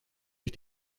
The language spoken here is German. ich